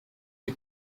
the